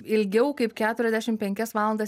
ilgiau kaip keturiasdešim penkias valandas